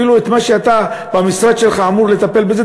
אפילו את מה שאתה במשרד שלך אמור לטפל בו,